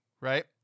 right